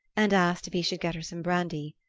and asked if he should get her some brandy.